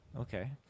Okay